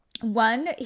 One